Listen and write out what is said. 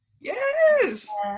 yes